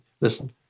listen